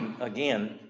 Again